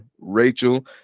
Rachel